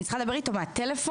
אני צריכה לדבר איתו דרך הטלפון.